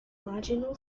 marginal